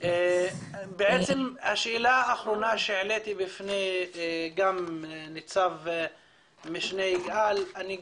השאלה האחרונה שהפניתי לנצ"מ יגאל גם